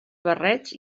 barrets